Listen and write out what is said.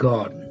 God